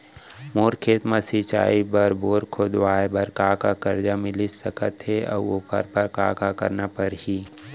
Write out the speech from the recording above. मोर खेत म सिंचाई बर बोर खोदवाये बर का का करजा मिलिस सकत हे अऊ ओखर बर का का करना परही?